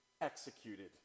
executed